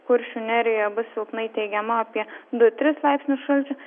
kuršių nerijoje bus silpnai teigiama apie du tris laipsnius šalčio